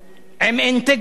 עם אינטגריטי,